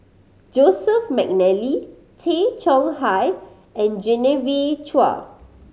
Joseph McNally Tay Chong Hai and Genevieve Chua